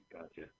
Gotcha